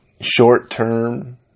short-term